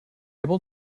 able